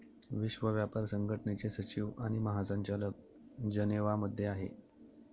विश्व व्यापार संघटनेचे सचिव आणि महासंचालक जनेवा मध्ये राहतात